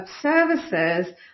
services